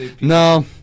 No